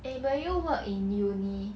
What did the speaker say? eh will you work in uni